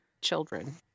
children